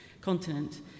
continent